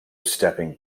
stepping